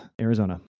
Arizona